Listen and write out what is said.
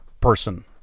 person